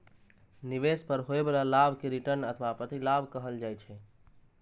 निवेश पर होइ बला लाभ कें रिटर्न अथवा प्रतिलाभ कहल जाइ छै